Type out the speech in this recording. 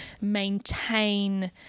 maintain